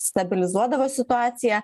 stabilizuodavo situaciją